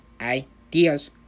ideas